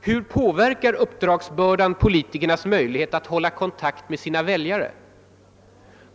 Hur påverkar uppdragsbördan politikernas möjligheter att hålla kontakt med sina väljare?